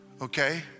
Okay